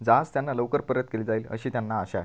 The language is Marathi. जहाज त्यांना लवकर परत केले जाईल अशी त्यांना आशा आहे